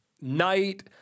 night